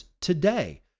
today